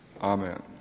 Amen